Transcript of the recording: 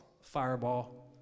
Fireball